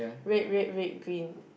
red red red green